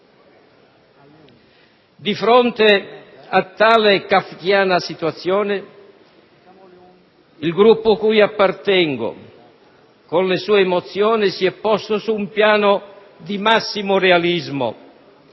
Di fronte a tale kafkiana situazione, il Gruppo cui appartengo con le sue mozioni si è posto sul piano di massimo realismo,